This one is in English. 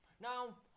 Now